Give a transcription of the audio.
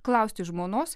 klausti žmonos